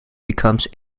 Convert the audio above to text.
becomes